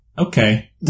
Okay